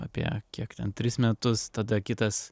apie kiek ten tris metus tada kitas